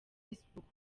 facebook